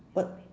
what